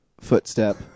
footstep